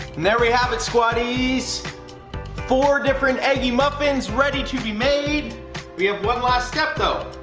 and there we have it squaddies four different eggy muffins ready to be made we have one last step though